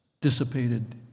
dissipated